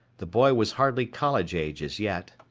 the boy was hardly college age as yet.